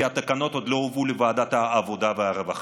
כי התקנות עוד לא הובאו לוועדת העבודה והרווחה.